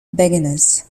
beginners